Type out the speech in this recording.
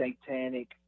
satanic